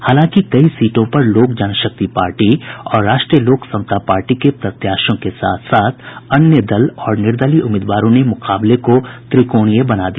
हालांकि कई सीटों पर लोक जनशक्ति पार्टी और राष्ट्रीय लोक समता पार्टी के प्रत्याशियों के साथ साथ अन्य दल और निर्दलीय उम्मीदवारों ने मुकाबले को त्रिकोणीय बना दिया